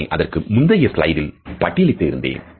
அதனை இதற்கு முந்தைய ஸ்லைடில் பட்டியலிட்டு இருந்தேன்